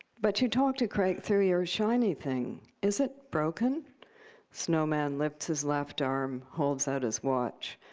but you talk to crake through your shiny thing. is it broken snowman lifts his left arm, holds out his watch.